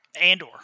Andor